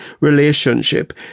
relationship